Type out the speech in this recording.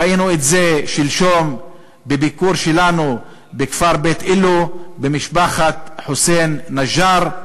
ראינו את זה שלשום בביקור שלנו בכפר ביתילו אצל משפחת חוסיין א-נג'אר,